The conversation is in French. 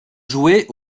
jouait